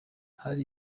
hari